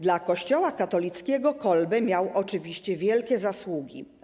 Dla Kościoła katolickiego Kolbe miał oczywiście wielkie zasługi.